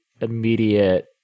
immediate